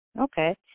Okay